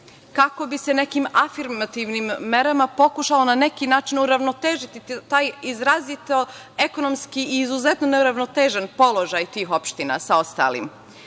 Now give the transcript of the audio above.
kako bi se nekim afirmativnim merama pokušao na neki način uravnotežiti taj izrazito ekonomski i izuzetno neuravnotežen položaj tih opština sa ostalim. Dakle,